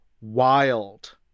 wild